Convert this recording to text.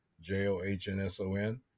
J-O-H-N-S-O-N